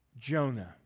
Jonah